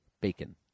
Bacon